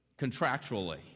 contractually